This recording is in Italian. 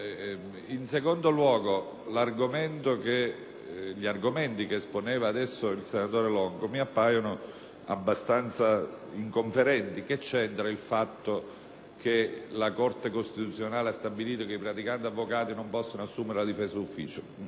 In secondo luogo, gli argomenti ora esposti dal senatore Longo mi appaiono abbastanza inconferenti: mi chiedo infatti cosa c'entri il fatto che la Corte costituzionale ha stabilito che i praticanti avvocati non possono assumere la difesa d'ufficio.